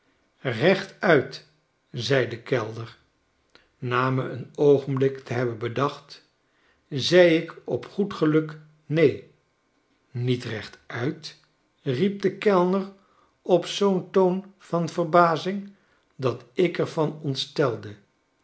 rechtuit w zei de kellner na me een oogenblik te hebben bedacht zei ik op goed geluk neen niet rechtuit riep de kellner op zoo'n toon van verbazing dat ik er van ontstelde